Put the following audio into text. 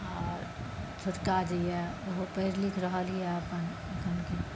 आओर छोटका जे यऽ ओहो पढ़ि लिख रहल यऽ अपन